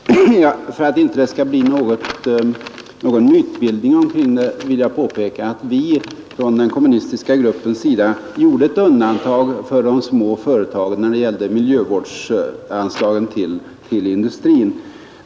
Herr talman! För att det inte skall bli någon mytbildning vill jag påpeka att vi från den kommunistiska gruppens sida gjorde ett undantag för de små företagen när det gällde miljövårdsanslagen till industrin.